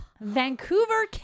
Vancouver